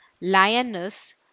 lioness